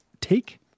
take